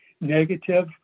negative